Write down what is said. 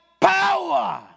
Power